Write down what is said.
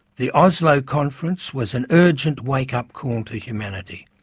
the oslo conference was an urgent wake-up call to humanity.